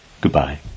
Goodbye